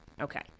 Okay